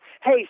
Hey